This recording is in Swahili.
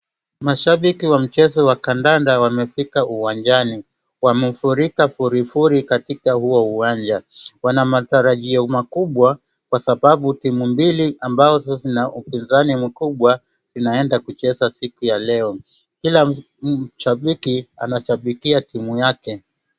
Mashabiki wa mchezo wa kandanda wamefika uwanjani. wamefurika furifuri katika huo uwanja. Wanamatarajio makubwa kwa sababu timu mbili ambazo zina upizani mkubwa zinaenda kucheza siku ya leo. Kila shabiki anashabikia timu yake.